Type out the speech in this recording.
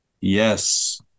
Yes